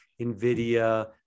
Nvidia